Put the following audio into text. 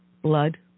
Blood